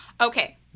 okay